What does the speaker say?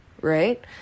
right